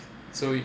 so